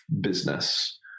business